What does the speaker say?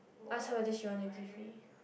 ask her that she want to give me